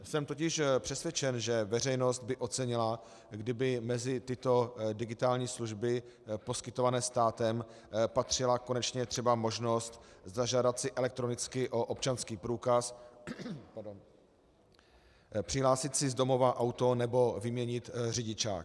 Jsem totiž přesvědčen, že veřejnost by ocenila, kdyby mezi tyto digitální služby poskytované státem patřila konečně třeba možnost zažádat si elektronicky o občanský průkaz, přihlásit si z domova auto nebo vyměnit řidičák.